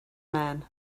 man